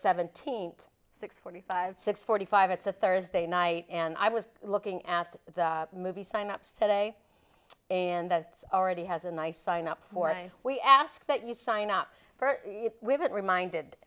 seventeenth six forty five six forty five it's a thursday night and i was looking at the movie sign ups today and that's already has a nice sign up for ice we ask that you sign up for it we've been reminded